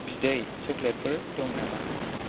बिदै चक्लेटफोर दं नामा